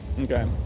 Okay